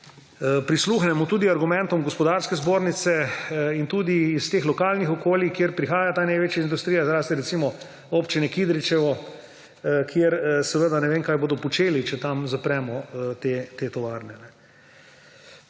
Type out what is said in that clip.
prisluhnemo tudi argumentom Gospodarske zbornice in tudi iz teh lokalnih okolij, od kjer prihaja ta največja industrija. Zlasti, recimo, občine Kidričevo, kjer seveda ne vem, kaj bodo počeli, če tam zapremo te tovarne.